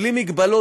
בלי מגבלות,